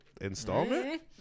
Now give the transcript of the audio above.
installment